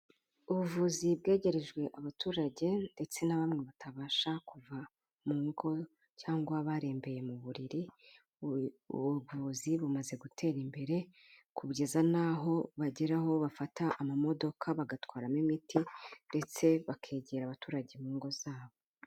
Ubuvuzi bwegerejwe abaturage ndetse na bamwe batabasha kuva mu ngo cyangwa barembeye mu buriri, ubuvuzi bumaze gutera imbere kugeza n'aho bageraho bafata amamodoka bagatwaramo imiti ndetse bakegera abaturage mu ngo zabo.